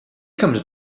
comes